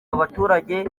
abaturage